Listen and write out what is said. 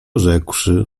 rzekłszy